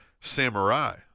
samurai